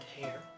hair